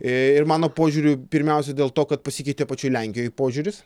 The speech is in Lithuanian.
ee ir mano požiūriu pirmiausia dėl to kad pasikeitė pačioj lenkijoj požiūris